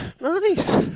Nice